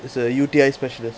he's a U_T_I specialist